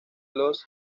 los